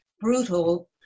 brutal